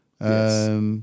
Yes